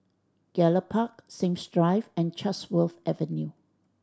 Gallop Park Sims Drive and Chatsworth Avenue